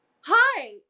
hi